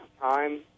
time